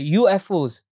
ufos